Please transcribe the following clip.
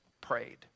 prayed